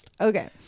okay